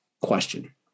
question